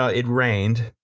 ah it rained.